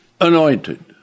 anointed